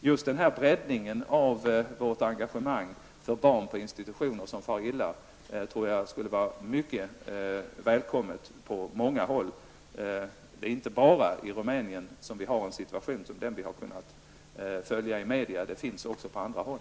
Jag tror att denna breddning av vårt engagemang för barn som far illa på institutioner skulle vara mycket välkommet på många håll. Den situation som vi har kunnat följa i media finns inte bara i Rumänien utan också på andra håll.